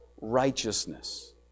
righteousness